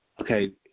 okay